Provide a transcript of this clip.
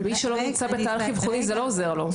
אבל מי שלא נמצא בתאריך האבחוני, זה לא עוזר לו.